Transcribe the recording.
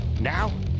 Now